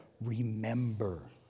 Remember